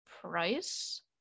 Price